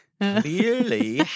Clearly